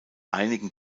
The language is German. einigen